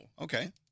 okay